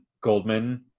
goldman